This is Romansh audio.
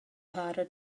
para